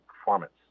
performance